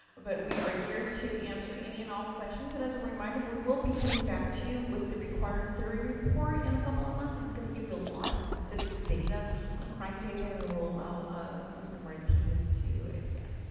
but we are here to answer any and all questions, and as a reminder, we will be coming back to you with the required clery report in a couple of months, and it's gonna give you a lot of specific data on crime data, and we'll allow ah lieutenant martinez to expand.